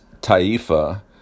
Taifa